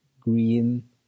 green